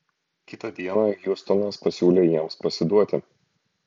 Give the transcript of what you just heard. kitą dieną hiustonas pasiūlė jiems pasiduoti